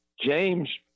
James